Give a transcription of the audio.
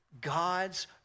God's